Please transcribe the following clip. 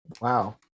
Wow